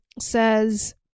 says